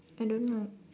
I don't know